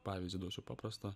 pavyzdį duosiu paprastą